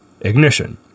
Ignition